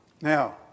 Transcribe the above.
Now